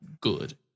good